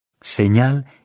Señal